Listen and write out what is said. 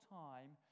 time